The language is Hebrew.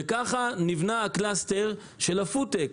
כך נבנה הקלסתר של הפוד-טק.